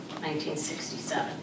1967